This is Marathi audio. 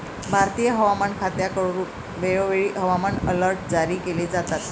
भारतीय हवामान खात्याकडून वेळोवेळी हवामान अलर्ट जारी केले जातात